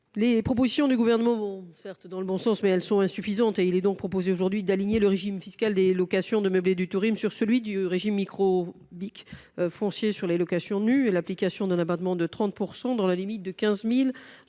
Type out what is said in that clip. Les propositions du Gouvernement vont certes dans le bon sens, mais elles sont insuffisantes. Il est donc proposé ici d’aligner le régime fiscal des locations de meublés de tourisme sur celui du régime micro BIC foncier sur les locations nues, avec l’application d’un abattement de 40 % dans la limite de 40 000